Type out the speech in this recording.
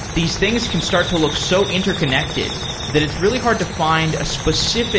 these things can start to look so interconnected that it's really hard to find a specific